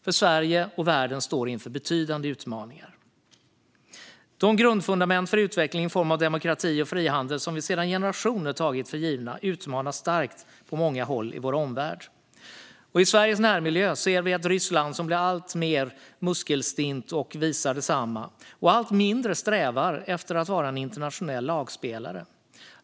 För Sverige och världen står inför betydande utmaningar. De grundfundament för utveckling i form av demokrati och frihandel som vi sedan generationer tagit för givna utmanas starkt på många håll i vår omvärld. I Sveriges närmiljö ser vi ett Ryssland som blir alltmer muskelstint och allt mindre strävar efter att vara en internationell lagspelare.